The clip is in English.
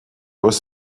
was